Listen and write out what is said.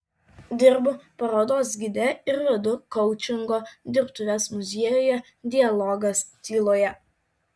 dirbu parodos gide ir vedu koučingo dirbtuves muziejuje dialogas tyloje